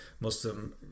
Muslim